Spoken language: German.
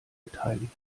beteiligt